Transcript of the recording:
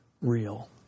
real